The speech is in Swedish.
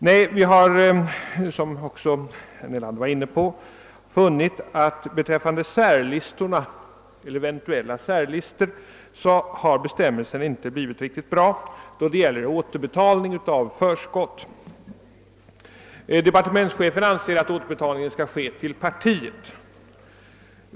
Som herr Nelander berörde har bestämmelserna beträffande återbetalning av förskott som gäller eventuella särlistor inte blivit riktigt bra. Departemenetschefen anser att återbetalning bör ske till partiet.